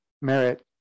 merit